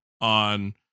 on